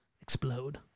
explode